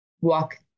walk